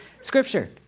Scripture